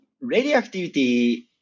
radioactivity